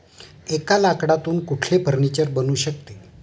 एका लाकडातून कुठले फर्निचर बनू शकते?